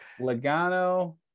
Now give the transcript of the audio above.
logano